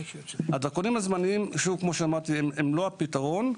הדרכונים הזמניים, שוב, הם לא הפתרון.